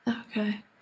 Okay